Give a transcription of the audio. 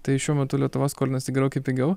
tai šiuo metu lietuva skolinasi gerokai pigiau